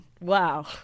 wow